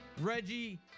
Reggie